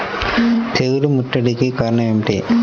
తెగుళ్ల ముట్టడికి కారణం ఏమిటి?